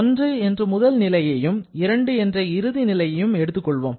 1 என்ற முதல் நிலையையும் 2 என்ற இறுதி நிலையையும் எடுத்துக் கொள்வோம்